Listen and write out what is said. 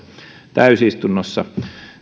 täysistunnossa